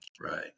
Right